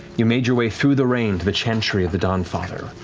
you made your way through the rain to the chantry of the dawnfather,